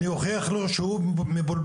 אני אוכיח לו שהוא מבולבל.